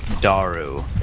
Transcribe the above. Daru